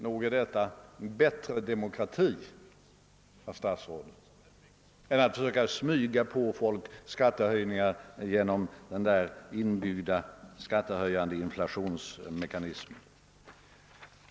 Det är en bättre demokrati, herr statsråd, än att smyga på folk skattehöjningar genom den inbyggda inflationsmekanismen.